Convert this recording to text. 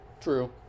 true